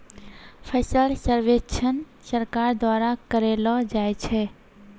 फसल सर्वेक्षण सरकार द्वारा करैलो जाय छै